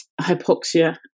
hypoxia